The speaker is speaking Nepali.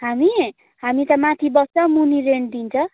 हामी हामी त माथि बस्छ मुनि रेन्ट दिन्छ